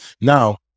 Now